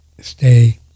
stay